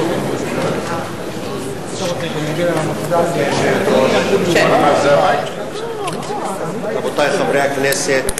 גברתי היושבת-ראש, רבותי חברי הכנסת,